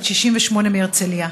בת 68 מהרצליה: